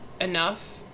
enough